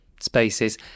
Spaces